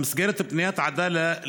במסגרת פניית עדאלה,